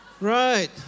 Right